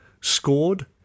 scored